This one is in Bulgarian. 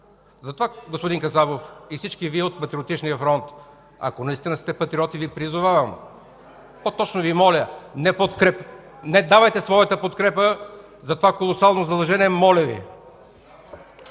Затова, господин Касабов, и всички Вие от Патриотичния фронт, ако настина сте патриоти, Ви призовавам, по-точно Ви моля: не давайте своята подкрепа за това колосално задължение! Моля Ви!